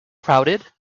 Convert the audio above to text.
crowded